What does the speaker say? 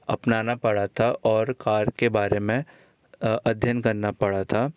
अपनाना पड़ा था और कार के बारे में अध्ययन करना पड़ा था